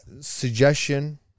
suggestion